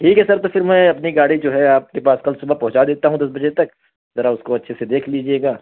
ٹھیک ہے سر تو پھر میں اپنی گاڑی جو ہے آپ کے پاس کل صبح پہنچا دیتا ہوں دس بجے تک ذرا اس کو اچھے سے دیکھ لیجیے گا